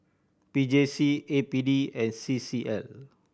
P J C A P D and C C L